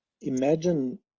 imagine